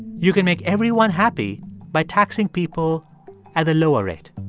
you can make everyone happy by taxing people at a lower rate